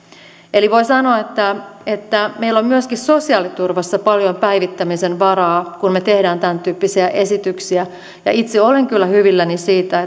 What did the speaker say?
eli voi sanoa että että meillä on myöskin sosiaaliturvassa paljon päivittämisen varaa kun me teemme tämäntyyppisiä esityksiä ja itse olen kyllä hyvilläni siitä